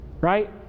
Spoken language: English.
Right